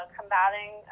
combating